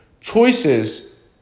Choices